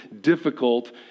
difficult